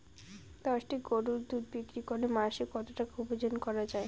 দশটি গরুর দুধ বিক্রি করে মাসিক কত টাকা উপার্জন করা য়ায়?